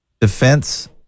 defense